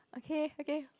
okay okay